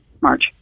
March